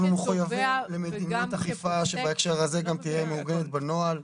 אנחנו מחויבים למדיניות אכיפה שבהקשר הזה גם תהיה מעוגנת בנוהל.